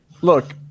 look